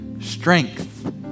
strength